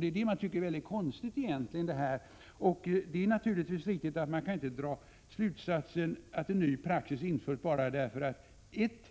Det är det man tycker är väldigt konstigt. Det är naturligtvis riktigt att man inte kan dra slutsatsen att en ny praxis införts bara därför att ett